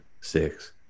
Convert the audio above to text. six